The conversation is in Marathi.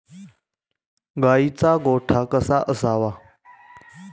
गाईचा गोठा कसा असावा?